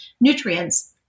nutrients